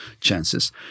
chances